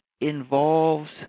involves